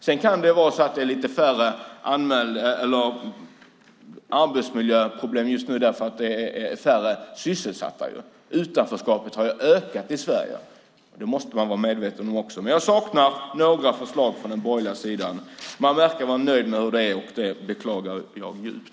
Sedan kan det vara så att det är lite färre arbetsmiljöproblem just nu därför att det är färre sysselsatta. Utanförskapet har ökat i Sverige. Det måste man också vara medveten om. Jag saknar några förslag från den borgerliga sidan. Man verkar vara nöjd med hur det är, och det beklagar jag djupt.